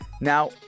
Now